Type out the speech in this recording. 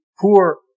poor